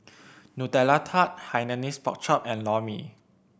Nutella Tart Hainanese Pork Chop and Lor Mee